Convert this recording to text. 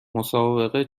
مسابقه